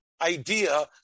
idea